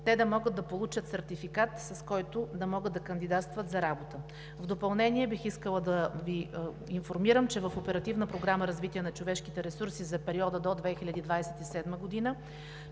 те да могат да получат сертификат, с който да могат да кандидатстват за работа. В допълнение бих искала да Ви информирам, че в Оперативна програма „Развитие на човешките ресурси“ за периода до 2027 г.